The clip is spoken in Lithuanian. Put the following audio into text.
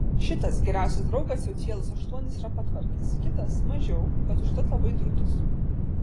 šitas geriausias draugas jau cielus aštuonis yra patvarkęs kitas mažiau bet užtat labai drūtus